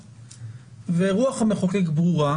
ורוח המחוקק ברורה,